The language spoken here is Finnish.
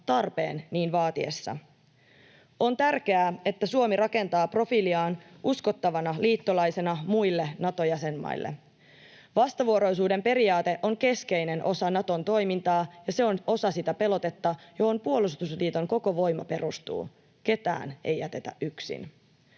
tarpeen niin vaatiessa. On tärkeää, että Suomi rakentaa profiiliaan uskottavana liittolaisena muille Nato-jäsenmaille. Vastavuoroisuuden periaate on keskeinen osa Naton toimintaa, ja se on osa sitä pelotetta, johon puolustusliiton koko voima perustuu — ketään ei jätetä yksin.